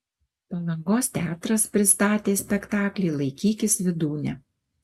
palangos teatras pristatė spektaklį laikykis vydūne